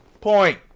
Point